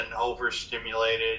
overstimulated